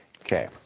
Okay